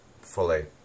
fully